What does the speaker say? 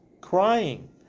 crying